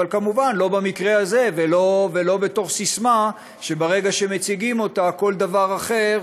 אבל כמובן לא במקרה הזה ולא בתור ססמה שברגע שמציגים אותה כל דבר אחר